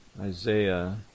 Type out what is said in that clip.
Isaiah